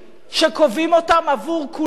שקובעים אותם עבור כולם.